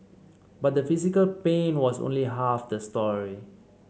but the physical pain was only half the story